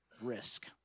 risk